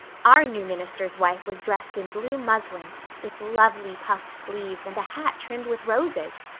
our new minister's wife was dressed in blue muslin with lovely puffed sleeves and a hat trimmed with roses.